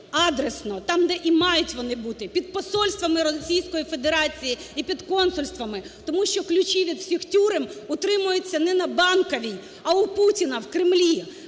адресно, там, де і мають вони бути, під посольства Російської Федерації і під консульствами. Тому що ключі від всіх тюрем утримуються не на Банковій, а у Путіна в Кремлі,